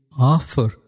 offer